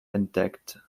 entdeckt